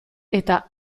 eta